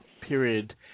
period